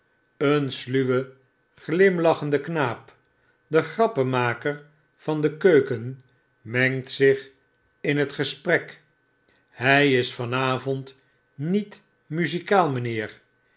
een sluwe glimlachende knaap de grappenmaker van de keuken mengt zich in het gesprek hy is van avond niet muzikaal mynheer